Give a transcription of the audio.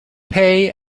pay